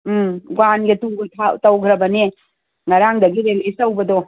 ꯎꯝ ꯋꯥꯟꯒ ꯇꯨꯒ ꯇꯧꯒ꯭ꯔꯕꯅꯦ ꯉꯔꯥꯡꯗꯒꯤ ꯔꯦꯂꯤꯁ ꯇꯧꯕꯗꯣ